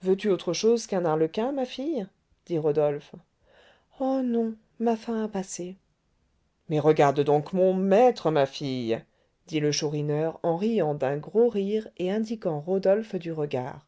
veux-tu autre chose qu'un arlequin ma fille dit rodolphe oh non ma faim a passé mais regarde donc mon maître ma fille dit le chourineur en riant d'un gros rire et indiquant rodolphe du regard